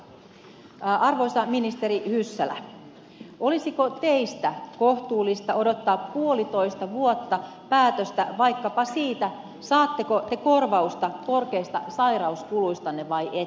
arvoisa ministeri hyssälä olisiko teistä kohtuullista odottaa puolitoista vuotta päätöstä vaikkapa siitä saatteko te korvausta korkeista sairauskuluistanne vai ette